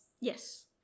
Yes